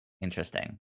Interesting